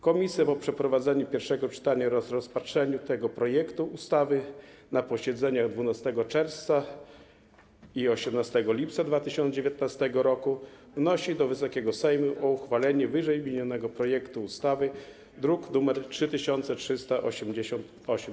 Komisja, po przeprowadzeniu pierwszego czytania oraz rozpatrzeniu tego projektu ustawy na posiedzeniach 12 czerwca i 18 lipca 2019 r., wnosi do Wysokiego Sejmu o uchwalenie ww. projektu ustawy, druk nr 3388.